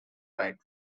right